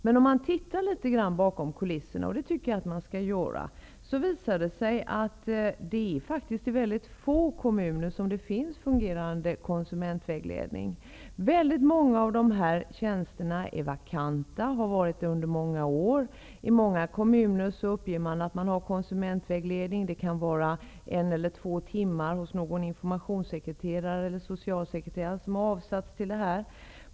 Men om man tittar litet grand bakom kulisserna, och det tycker jag att man skall göra, visar det sig att det i väldigt få kommuner finns en fungerande konsumentvägledning. Väldigt många av dessa tjänster är vakanta och har varit det under många år. I många kommuner uppger man att man har konsumentvägledning. Det kan vara fråga om att en informationssekreterare eller en socialsekreterare har avsatts för detta en eller två timmar.